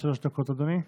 אדוני.